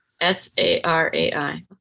S-A-R-A-I